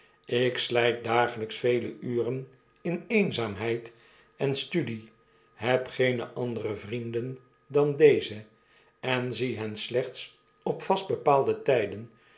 ik slyt dagelyks vele uren in eenzaamheid en studie heb geene andere vrienden dan deze en zie hen slechts op vast bepaalde tyden